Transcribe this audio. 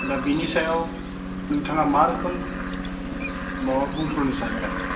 दा बिनि सायाव नोंथाङा मा रोखोम माबा बुंफ्रुनो सानो आरो